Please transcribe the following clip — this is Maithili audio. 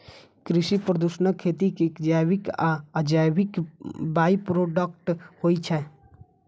कृषि प्रदूषण खेती के जैविक आ अजैविक बाइप्रोडक्ट होइ छै